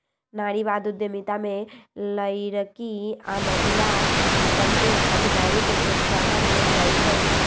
नारीवाद उद्यमिता में लइरकि आऽ महिला सभके भागीदारी को प्रोत्साहन देल जाइ छइ